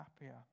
happier